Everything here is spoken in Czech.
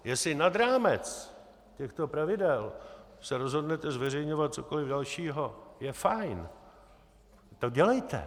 Jestli nad rámec těchto pravidel se rozhodnete zveřejňovat cokoli dalšího, je fajn, to dělejte.